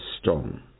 strong